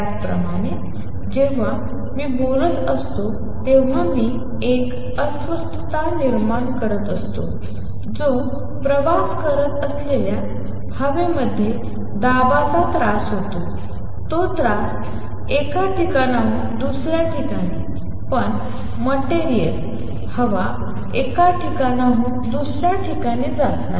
त्याचप्रमाणे जेव्हा मी बोलत असतो तेव्हा मी एक अस्वस्थता निर्माण करत असतो जो प्रवास करत असलेल्या हवेमध्ये दाबाचा त्रास होतो तो त्रास एका ठिकाणाहून दुसऱ्या ठिकाणी पण मटेरियल हवा एका ठिकाणाहून दुसऱ्या ठिकाणी जात नाही